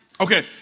Okay